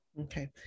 Okay